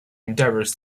endeavors